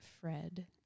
fred